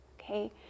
Okay